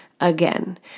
again